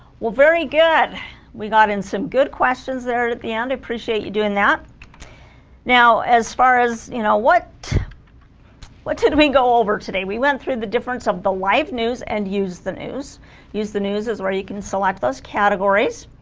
well very good we got in some good questions there at the end appreciate you doing that now as far as you know what what did we go over today we went through the difference of the live news and used the news use the news is where you can select those categories